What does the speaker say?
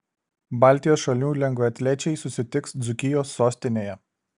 baltijos šalių lengvaatlečiai susitiks dzūkijos sostinėje